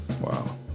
Wow